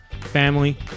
family